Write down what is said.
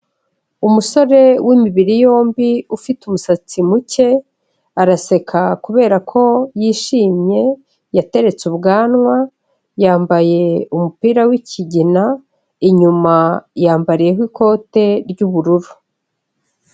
Umusore w'imibiri yombi ufite umusatsi muke, araseka kubera ko yishimye, yateretse ubwanwa, yambaye umupira w'ikigina, inyuma yambariyeho ikote ry'ubururu.